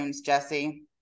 Jesse